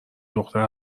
دختر